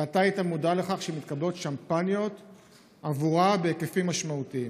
ואתה היית מודע לכך שמתקבלות שמפניות עבורה בהיקפים משמעותיים.